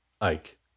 Ike